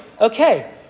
okay